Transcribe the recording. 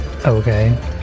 Okay